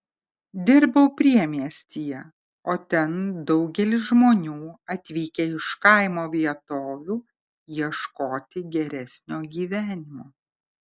dirbau priemiestyje o ten daugelis žmonių atvykę iš kaimo vietovių ieškoti geresnio gyvenimo